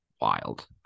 wild